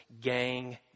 gang